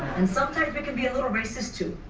and sometimes, we can be a little racist too,